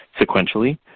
Sequentially